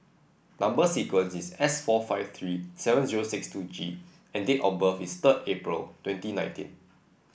number sequence is S four five three seven zero six two G and date of birth is third April twenty nineteen